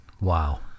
Wow